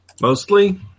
Mostly